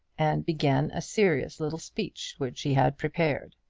and began a serious little speech which he had prepared.